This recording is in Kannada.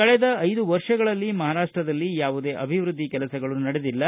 ಕಳೆದ ಐದು ವರ್ಷಗಳಲ್ಲಿ ಮಹಾರಾಷ್ಟದಲ್ಲಿ ಯಾವುದೇ ಅಭಿವೃದ್ಧಿ ಕೆಲಸಗಳು ನಡೆದಿಲ್ಲ